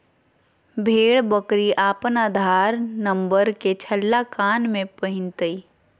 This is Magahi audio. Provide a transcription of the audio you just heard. भेड़ बकरी अपन आधार नंबर के छल्ला कान में पिन्हतय